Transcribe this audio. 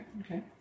okay